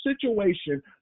situation